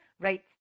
right